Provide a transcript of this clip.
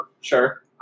Sure